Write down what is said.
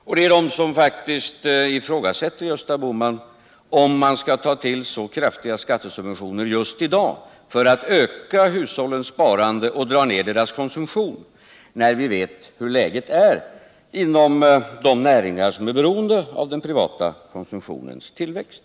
Och det finns faktiskt de som ifrågasätter, Gösta Bohman, om man skall ta till så kraftiga skattesubventioner just i dag för att öka hushållens sparande och dra ner deras konsumtion när vi vet hur läget är inom de näringar som är beroende av den privata konsumtionens tillväxt.